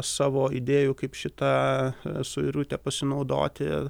savo idėjų kaip šita suirute pasinaudoti